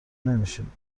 نمیشیم